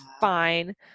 fine